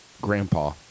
Grandpa